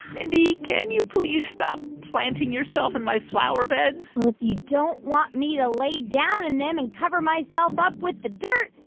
mindy, can you please stop planting yourself in my flower beds? well, if you don't want me to lay down in them and cover myself up with the dirt,